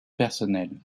personnels